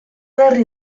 berri